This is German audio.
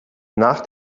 nach